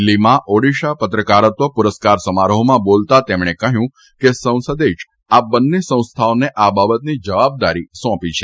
દિલ્હીમાં ઓડીશા પત્રકારત્વ પુરસ્કાર સમારોહમાં બોલતા તેમણે કહ્યું કે સંસદે જ આ બંને સંસ્થાઓને આ બાબતની જવાબદારી સોંપી છે